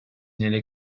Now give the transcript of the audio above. nelle